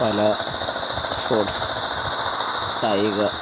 പല സ്പോട്സ് കായിക